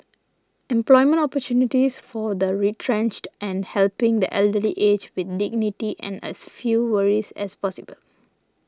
employment opportunities for the retrenched and helping the elderly age with dignity and as few worries as possible